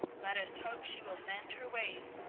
let us hope she will mend her ways,